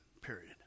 period